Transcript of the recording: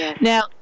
Now